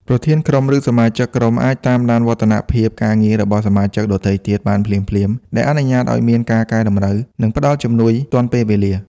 ប្រធានក្រុម ឬសមាជិកក្រុមអាចតាមដានវឌ្ឍនភាពការងាររបស់សមាជិកដទៃទៀតបានភ្លាមៗ ដែលអនុញ្ញាតឲ្យមានការកែតម្រូវ ឬផ្តល់ជំនួយទាន់ពេលវេលា។